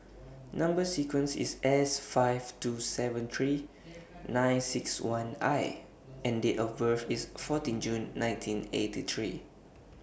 Number sequence IS S five two seven three nine six one I and Date of birth IS fourteen June nineteen eighty three